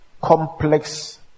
complex